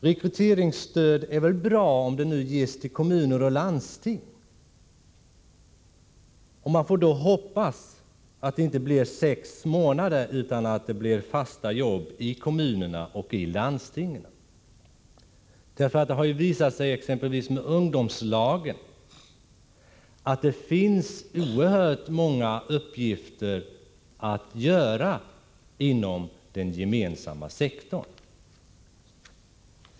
Rekryteringsstöd är väl bra, om det ges till kommuner och landsting, men man får då hoppas att arbetena inte bara varar sex månader utan att det blir fasta jobb i kommunerna och landstingen. Det har exempelvis i samband med ungdomslagen visat sig att det finns oerhört många uppgifter att utföra inom den gemensamma sektorn.